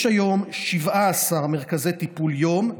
יש היום 17 מרכזי טיפול יום,